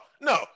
no